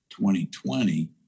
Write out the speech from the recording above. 2020